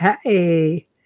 Hey